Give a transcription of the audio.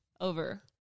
over